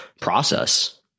process